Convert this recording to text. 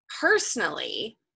personally